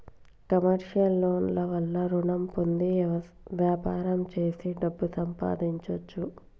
commercial loan ల వల్ల రుణం పొంది వ్యాపారం చేసి డబ్బు సంపాదించొచ్చు